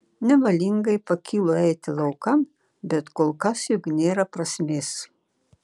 nevalingai pakylu eiti laukan bet kol kas juk nėra prasmės